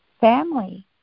family